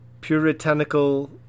Puritanical